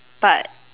but